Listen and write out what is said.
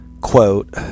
quote